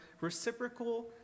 reciprocal